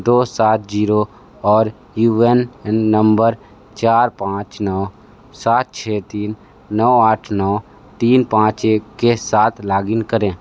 दो सात ज़ीरो और यू ए एन नंबर चार पाच नौ सात छः तीन नौ आठ नौ तीन पाँच एक के साथ लॉगइन करें